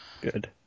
Good